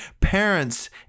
parents